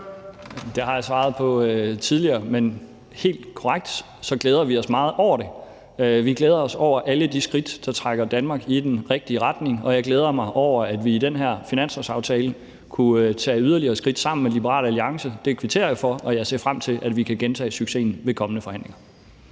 Det har jeg svaret på tidligere. Men helt korrekt glæder vi os meget over det. Vi glæder os over alle de skridt, der trækker Danmark i den rigtige retning, og jeg glæder mig over, at vi i den her finanslovsaftale kunne tage yderligere skridt sammen med Liberal Alliance. Det kvitterer jeg for, og jeg ser frem til, at vi kan gentage succesen ved kommende forhandlinger.